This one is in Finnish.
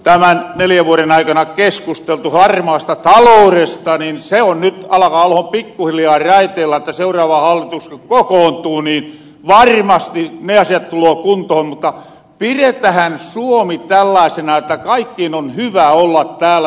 täällä on paljon tämän neljän vuoden aikana keskusteltu harmaasta talouresta niin se alkaa ollahan nyt pikkuhiljaa raiteilla että seuraava hallitus ku kokoontuu niin varmasti ne asiat tuloo kuntohon mutta piretähän suomi tällaasena että kaikkien on hyvä olla täällä